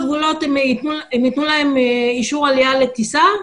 גבולות יתנו להם אישור עלייה לטיסה.